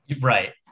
Right